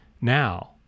now